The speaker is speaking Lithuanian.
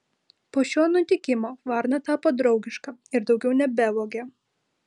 po šio nutikimo varna tapo draugiška ir daugiau nebevogė